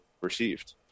received